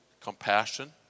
compassion